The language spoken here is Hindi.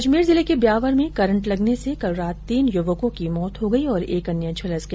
अजमेर जिले के ब्यावर में करंट लगने से कल रात तीन युवकों की मौत हो गई और एक अन्य झुलस गया